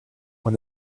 when